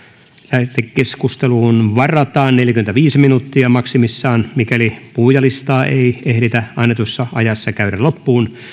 lähetekeskusteluun varataan neljäkymmentäviisi minuuttia maksimissaan mikäli puhujalistaa ei ehditä annetussa ajassa käydä loppuun